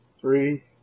Three